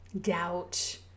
doubt